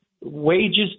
wages